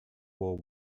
war